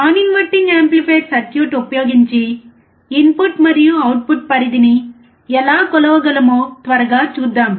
non inverting amplifier circuit ఉపయోగించి input మరియు output పరిధిని ఎలా కొలవగలమో త్వరగా చూద్దాం